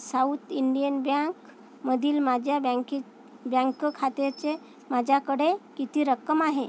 South Indian ब्यांकमधील माझ्या बँके बॅंक खात्याचे माझ्याकडे किती रक्कम आहे